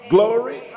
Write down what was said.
Glory